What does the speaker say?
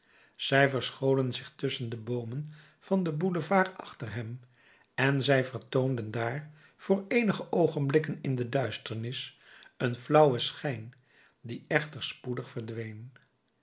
zij verscholen zich tusschen de boomen van den boulevard achter hem en zij vertoonden daar voor eenige oogenblikken in de duisternis een flauwen schijn die echter spoedig verdween